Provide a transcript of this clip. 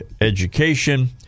education